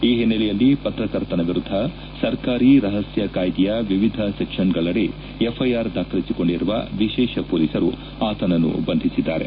ಈ ಹಿನ್ನೆಲೆಯಲ್ಲಿ ಪತ್ರಕರ್ತನ ವಿರುದ್ಧ ಸರ್ಕಾರಿ ರಹಸ್ನ ಕಾಯ್ಲೆಯ ವಿವಿಧ ಸೆಕ್ಷನ್ಗಳಡಿ ಎಫ್ಐಆರ್ ದಾಖಲಿಸಿಕೊಂಡಿರುವ ವಿಶೇಷ ಮೊಲೀಸರು ಆತನನ್ನು ಬಂಧಿಸಿದ್ಲಾರೆ